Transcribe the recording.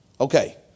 Okay